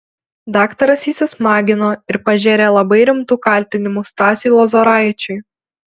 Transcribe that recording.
daktaras įsismagino ir pažėrė labai rimtų kaltinimų stasiui lozoraičiui